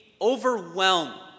overwhelmed